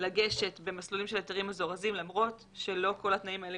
לגשת במסלולים של היתרים מזורזים למרות שלא כל התנאים האלה